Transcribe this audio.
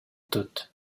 өтөт